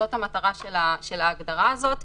זאת המטרה של ההגדרה הזאת.